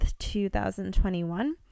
2021